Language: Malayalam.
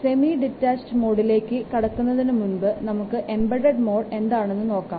സെമി ഡിറ്റാച്ചഡ് മോഡിലേക്ക് കടക്കുന്നതിനു മുമ്പ് നമുക്ക് എംബഡഡ് മോഡ് എന്താണെന്ന് നോക്കാം